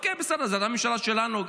אוקיי, בסדר, זו הייתה הממשלה שלנו.